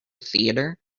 theater